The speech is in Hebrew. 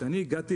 כשאני הגעתי